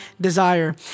desire